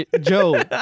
Joe